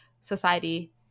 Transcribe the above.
society